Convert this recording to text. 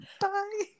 Bye